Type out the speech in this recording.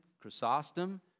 Chrysostom